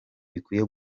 bikwiye